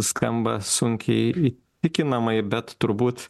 skamba sunkiai įtikinamai bet turbūt